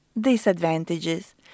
Disadvantages